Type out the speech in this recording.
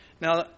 Now